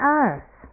earth